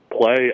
play